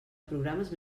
programes